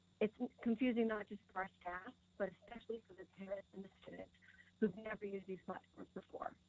it's confusing not just for our staff but especially for the and the students who've never used these platforms before.